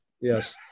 Yes